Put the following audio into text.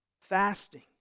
Fasting